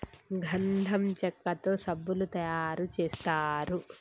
గంధం చెక్కతో సబ్బులు తయారు చేస్తారు